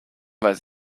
weiß